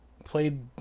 played